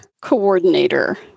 coordinator